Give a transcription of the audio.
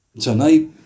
Tonight